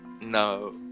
No